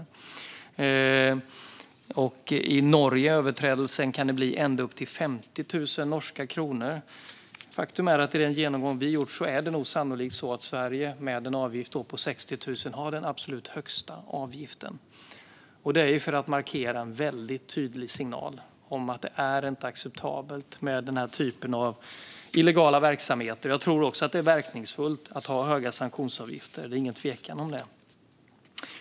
I Norge kan det vid en överträdelse bli ända upp till 50 000 norska kronor. Efter att vi har gjort en genomgång har vi kunnat se att Sverige med en avgift på 60 000 sannolikt har den absolut högsta avgiften. Det har vi för att markera och ge en väldigt tydlig signal om att den illegala verksamheten inte är acceptabel. Jag tror dessutom att det är verkningsfullt att ha höga sanktionsavgifter. Det finns ingen tvekan om det.